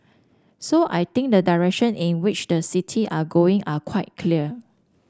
so I think the direction in which the city are going are quite clear